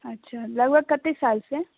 अच्छा लगभग कतेक सालसँ